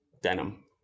denim